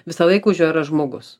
visa laikrodžio ar žmogus